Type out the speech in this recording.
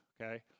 okay